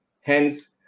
hence